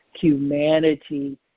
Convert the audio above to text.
humanity